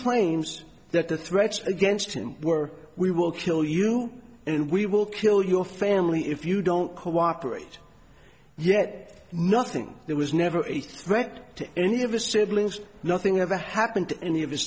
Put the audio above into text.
claims that the threats against him were we will kill you and we will kill your family if you don't cooperate yet nothing there was never a threat to any of us siblings nothing ever happened in the of his